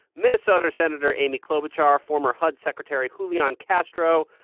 minnesota senator amy klobuchar, former hud secretary julian castro,